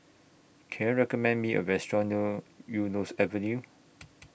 Can YOU recommend Me A Restaurant Eunos Avenue